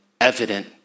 evident